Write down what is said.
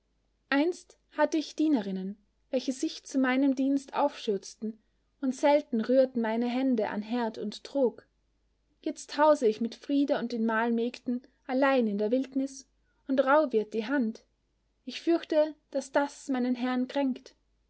einst hatte ich dienerinnen welche sich zu meinem dienst aufschürzten und selten rührten meine hände an herd und trog jetzt hause ich mit frida und den mahlmägden allein in der wildnis und rauh wird die hand ich fürchte daß das meinen herrn kränkt